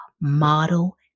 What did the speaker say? model